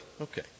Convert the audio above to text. Okay